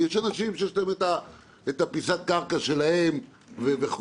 יש אנשים שיש להם את פיסת הקרקע שלהם וכו',